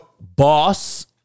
boss